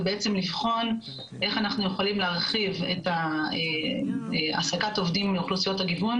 ובעצם לבחון איך אנחנו יכולים להרחיב את העסקת העובדים מאוכלוסיות הגיוון